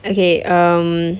okay um